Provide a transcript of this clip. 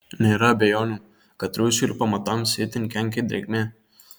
nėra abejonių kad rūsiui ir pamatams itin kenkia drėgmė